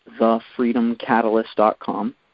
thefreedomcatalyst.com